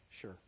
Sure